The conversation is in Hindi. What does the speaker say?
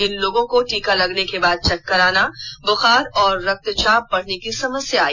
इन लोगों को टीका लगने के बाद चक्कर आना बुखार और रक्तचाप बढ़ने की समस्या आई